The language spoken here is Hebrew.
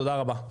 תודה רבה.